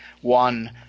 one